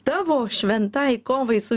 tavo šventai kovai su